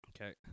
Okay